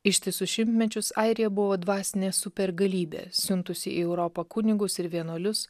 ištisus šimtmečius airija buvo dvasinė supergalybė siuntusi į europą kunigus ir vienuolius